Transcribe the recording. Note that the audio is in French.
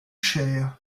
chers